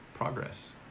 progress